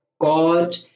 God